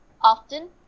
Often